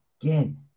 Again